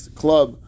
club